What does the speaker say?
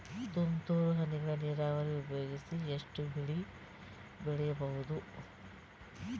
ತುಂತುರು ಹನಿಗಳ ನೀರಾವರಿ ಉಪಯೋಗಿಸಿ ಎಷ್ಟು ಬೆಳಿ ಬೆಳಿಬಹುದು?